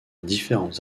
différents